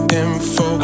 info